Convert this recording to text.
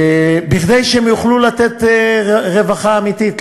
כדי שהם יוכלו לתת רווחה אמיתית,